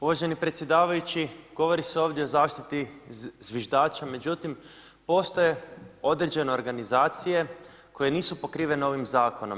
Uvaženi predsjedavajući, govori se ovdje o zaštiti zviždača međutim postoje određene organizacije koje nisu pokrivene ovim zakonom.